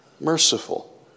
merciful